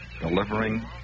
delivering